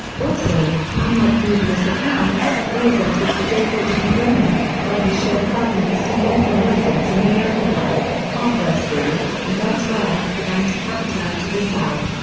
also, unlike previous accounts, brazel took the debris to corona, where he showed fragments to local residents in the local bar, hardware store, and elsewhere, and to capitan to the south,